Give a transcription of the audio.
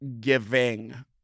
giving